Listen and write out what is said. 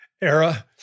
era